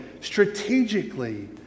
strategically